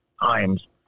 times